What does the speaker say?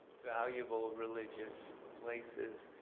valuable religious places.